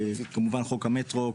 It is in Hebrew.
חוק המטרו,